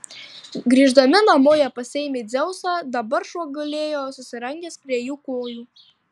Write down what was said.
grįždami namo jie pasiėmė dzeusą dabar šuo gulėjo susirangęs prie jų kojų